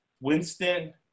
Winston